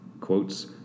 Quotes